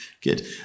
good